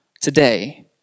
today